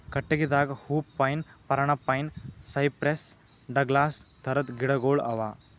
ಕಟ್ಟಗಿದಾಗ hoop pine, ಪರಣ pine, cypress, Douglas ಥರದ್ ಗಿಡಗೋಳು ಅವಾ